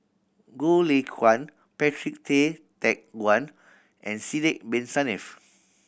Goh Lay Kuan Patrick Tay Teck Guan and Sidek Bin Saniff